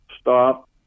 stop